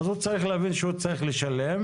אז הוא צריך להבין שהוא צריך לשלם,